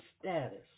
status